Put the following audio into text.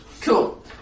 Cool